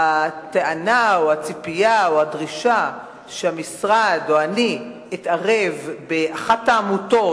הטענה או הציפייה או הדרישה שהמשרד או אני נתערב באחת העמותות,